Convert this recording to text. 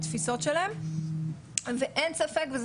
ולכל שימוש מיטבי יש את תמונת הראי שלו,